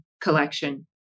collection